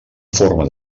forma